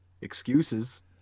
excuses